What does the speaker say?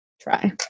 try